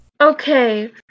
Okay